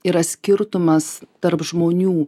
yra skirtumas tarp žmonių